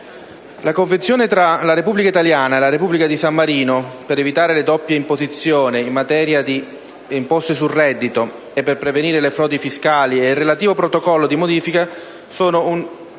la Convenzione tra la Repubblica italiana e la Repubblica di San Marino per evitare le doppie imposizioni in materia di imposte sul reddito e per prevenire le frodi fiscali e il relativo Protocollo di modifica sono